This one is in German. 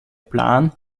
plan